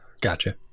gotcha